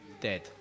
dead